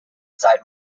site